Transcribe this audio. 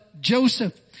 Joseph